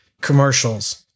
commercials